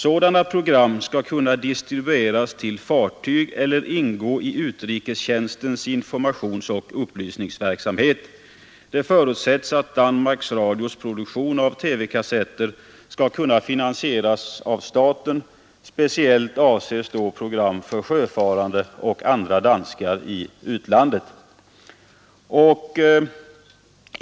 Sådana program skall kunna distribueras till fartyg eller ingå i utrikestjänstens informationsoch upplysningsverksamhet. Det förutsätts att Danmarks Radios produktion av TV-kassetter skall kunna finansieras av staten, speciellt avses då program för sjöfarande och andra danskar i utlandet.